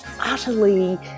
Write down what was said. utterly